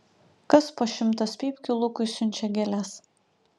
kas po šimtas pypkių lukui siunčia gėles